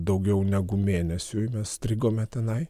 daugiau negu mėnesiui mes strigome tenai